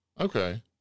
Okay